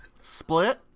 Split